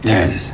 Yes